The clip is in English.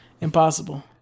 Impossible